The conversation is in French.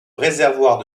réservoirs